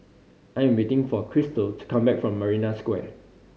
I'm waiting for Krystal to come back from Marina Square